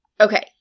okay